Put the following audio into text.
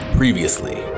previously